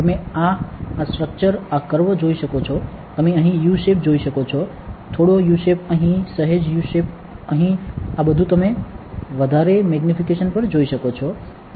તમે આ આ સ્ટ્રક્ચર આ કર્વ જોઈ શકો છો તમે અહીં U શેપ જોઈ શકો છો થોડો U શેપ અહીં સહેજ U શેપ અહીં આ બધું તમે વધારે મેગ્નિફિકેશન પર જોઈ શકો છો